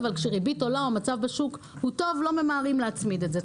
אבל כשריבית עולה או המצב בשוק הוא טוב לא ממהרים להצמיד את זה.